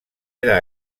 era